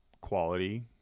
quality